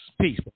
Peace